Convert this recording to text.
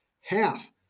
half